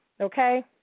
Okay